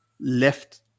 left